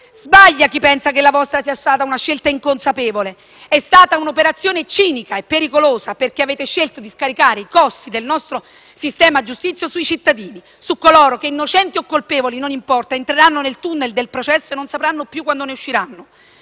Sbaglia chi pensa che la vostra sia stata una scelta inconsapevole. È stata un'operazione cinica e pericolosa perché avete scelto di scaricare i costi del nostro sistema giudiziario sui cittadini, su coloro che - innocenti o colpevoli non importa - entreranno nel *tunnel* del processo e non sapranno quando ne usciranno,